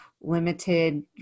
limited